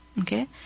okay